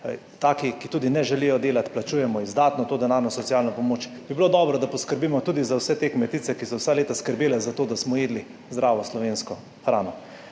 take, ki tudi ne želijo delati, plačujemo izdatno denarno socialno pomoč, bi bilo dobro, da poskrbimo tudi za vse te kmetice, ki so vsa leta skrbele za to, da smo jedli zdravo slovensko hrano.